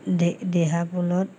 দি দিহাপুলত